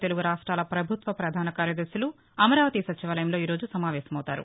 తెలుగు రాష్ట్రాల ప్రభుత్వ ప్రధాన కార్యదర్శులు అమరావతి సచివాలయంలో ఈరోజు సమావేశమవుతారు